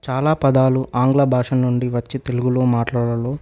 చాలా పదాలు ఆంగ్ల భాష నుండి వచ్చి తెలుగులో మాట్లాడడంలో